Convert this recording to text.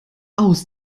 aus